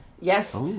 Yes